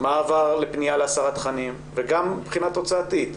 מה עבר לפנייה להסרת תכנים וגם מבחינה תוצאתית.